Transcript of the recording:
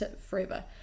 forever